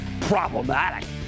problematic